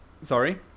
sorry